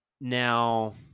Now